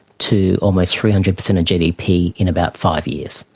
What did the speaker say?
to almost three hundred percent of gdp in about five years.